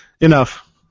enough